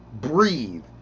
breathe